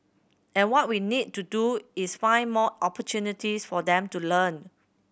and what we need to do is find more opportunities for them to learn